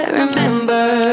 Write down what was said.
remember